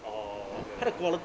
orh well